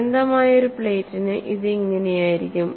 അനന്തമായ ഒരു പ്ലേറ്റിന് ഇത് ഇങ്ങനെയായിരിക്കും